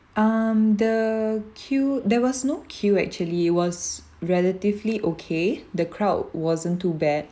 um the queue there was no queue actually it was relatively okay the crowd wasn't too bad